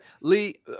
Lee